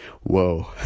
Whoa